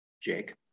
Jake